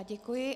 Děkuji.